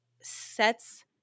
sets